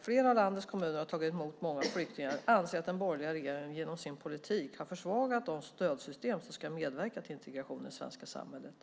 Flera av landets kommuner har tagit emot många flyktingar och anser att den borgerliga regeringen genom sin politik har försvagat de stödsystem som ska medverka till integrationen i det svenska samhället.